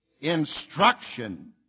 instruction